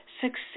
success